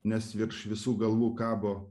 nes virš visų galvų kabo